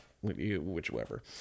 whichever